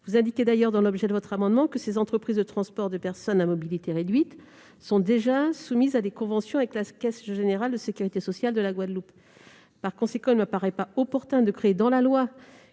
Vous indiquez d'ailleurs, dans l'objet de votre amendement, que ces entreprises de transport de personnes à mobilité réduite sont déjà soumises à des conventions avec la caisse générale de sécurité sociale de la Guadeloupe. Par conséquent, il ne m'apparaît pas opportun de créer dans la loi